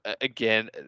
again